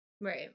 Right